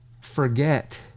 forget